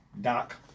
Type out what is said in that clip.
Doc